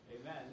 Amen